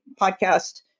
podcast